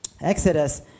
Exodus